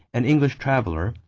an english traveler,